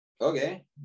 Okay